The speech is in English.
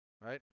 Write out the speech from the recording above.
right